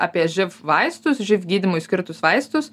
apie živ vaistus živ gydymui skirtus vaistus